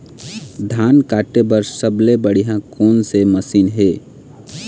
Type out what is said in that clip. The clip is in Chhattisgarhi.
धान काटे बर सबले बढ़िया कोन से मशीन हे?